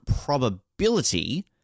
probability